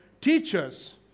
teachers